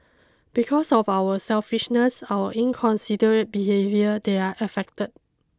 because of our selfishness our inconsiderate behaviour they are affected